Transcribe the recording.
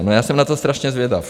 No, já jsem na to strašně zvědav.